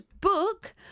book